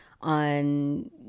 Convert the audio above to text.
on